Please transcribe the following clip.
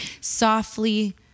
softly